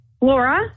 Laura